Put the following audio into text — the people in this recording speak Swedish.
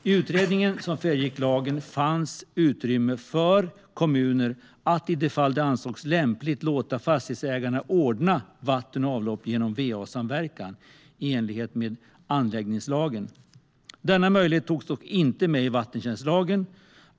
I utredningen som föregick lagen fanns utrymme för kommuner att i de fall det ansågs lämpligt låta fastighetsägarna ordna vatten och avlopp genom va-samverkan i enlighet med anläggningslagen. Denna möjlighet togs dock inte med i vattentjänstlagen.